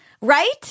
Right